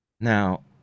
Now